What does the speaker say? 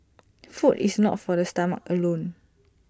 food is not for the stomach alone